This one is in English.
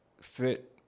fit